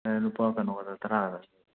ꯂꯨꯄꯥ ꯀꯩꯅꯣꯈꯠꯇ ꯇꯔꯥ ꯈꯛꯇꯅꯦ